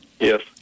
Yes